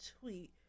tweet